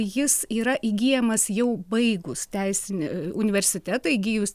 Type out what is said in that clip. jis yra įgyjamas jau baigus teisinį universitetą įgijus